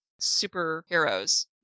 superheroes